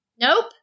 Nope